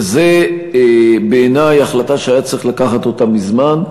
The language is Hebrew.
וזו בעיני החלטה שהיה צריך לקבל אותה מזמן,